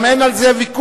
גם אין על זה ויכוח,